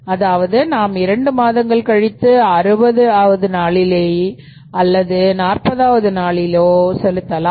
அதாவது நாம் 2 மாதங்கள் கழித்து 60 ஆவது நாளிலோ அல்லது நாற்பதாவது நாளிலோ செலுத்தலாம்